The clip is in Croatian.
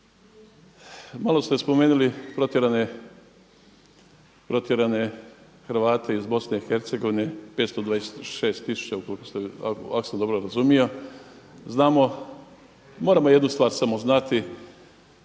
Malo ste spomenuli protjerane Hrvate iz Bosne i Hercegovine 526 tisuća, ako sam dobro razumio. Znamo, moramo jednu stvar samo znati,